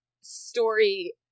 story